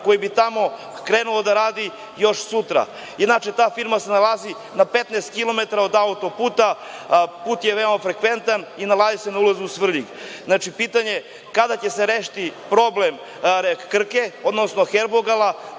koji bi tamo krenu da radi još sutra. Inače, ta firma se nalazi na 15 km od autoputa. Put je veoma frekventan i nalazi se na ulazu u Svrljig. Pitanje je - kada će se rešiti problem „Krke“, odnosno „Herbogala“,